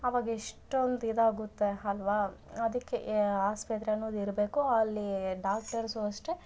ಅವಾಗ ಎಷ್ಟೊಂದು ಇದಾಗುತ್ತೆ ಅಲ್ವಾ ಅದಕ್ಕೆ ಆಸ್ಪತ್ರೆ ಅನ್ನೋದು ಇರಬೇಕು ಅಲ್ಲೀ ಡಾಕ್ಟರ್ಸು ಅಷ್ಟೆ